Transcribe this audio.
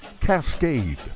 Cascade